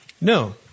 No